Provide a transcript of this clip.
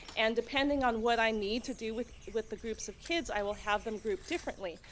and depending on what i need to do with with the groups of kids, i will have them grouped differently.